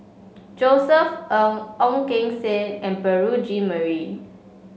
Josef Ng Ong Keng Sen and Beurel Jean Marie